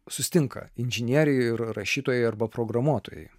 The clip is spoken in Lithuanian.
susitinka inžinieriai ir rašytojai arba programuotojai